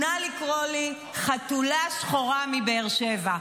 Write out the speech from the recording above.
נא לקרוא לי: חתולה שחורה מבאר שבע,